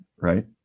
right